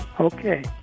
Okay